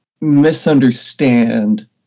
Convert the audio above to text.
misunderstand